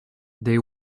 they